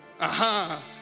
aha